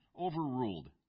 overruled